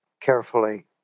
carefully